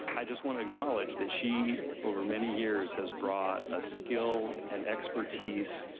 i just want to acknowledge that she, over many years, has brought a skill and expertise,